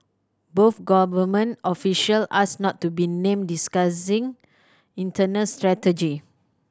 both government official asked not to be named discussing internal strategy